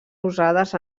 usades